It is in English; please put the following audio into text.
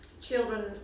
children